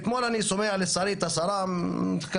אתמול אני שומע את השרה מתכחשת,